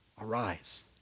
arise